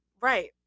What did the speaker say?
Right